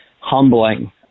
humbling